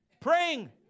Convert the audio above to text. praying